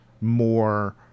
more